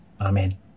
Amen